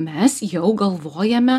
mes jau galvojame